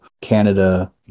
Canada